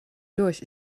durch